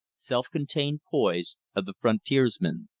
self-contained poise of the frontiersman.